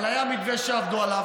אבל היה מתווה שעבדו עליו,